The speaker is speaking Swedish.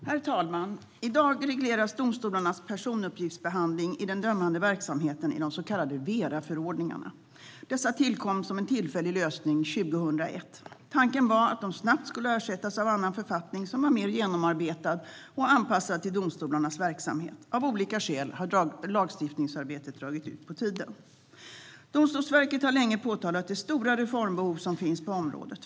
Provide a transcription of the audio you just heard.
Herr talman! I dag regleras domstolarnas personuppgiftsbehandling i den dömande verksamheten i de så kallade Veraförordningarna. Dessa tillkom som en tillfällig lösning 2001. Tanken var att de snabbt skulle ersättas av annan författning som var mer genomarbetad och anpassad till domstolarnas verksamhet. Av olika skäl har lagstiftningsarbetet dragit ut på tiden. Domstolsverket har länge påtalat det stora reformbehov som finns på området.